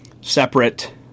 separate